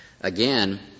again